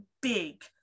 big